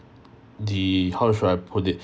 the how should I put it